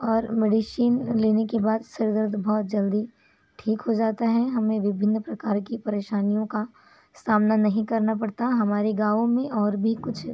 और मेडिशिन लेने के बाद सिर दर्द बहुत जल्दी ठीक हो जाता है हमे विभिन्न प्रकार की परेशानियों का सामना नहीं करना पड़ता हमारे गाँव में और भी कुछ